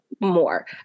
more